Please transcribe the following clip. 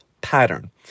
pattern